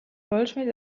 goldschmied